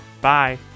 Bye